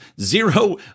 zero